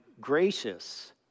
gracious